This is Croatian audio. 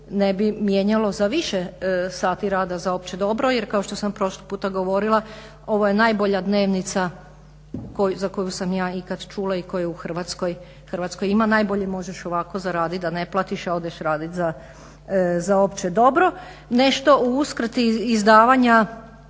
ne bi mijenjalo za više sati rada za opće dobro jer kao što sam prošli puta govorila ovo je najbolja dnevnica za koju sam ja ikad čula i koja u Hrvatskoj ima. Najbolje možeš ovako zaraditi da ne platiš a odeš raditi za opće dobro. Nešto o uskrati izdavanja